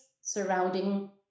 surrounding